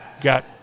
got